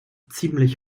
ziemlich